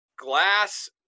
Glass